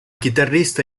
chitarrista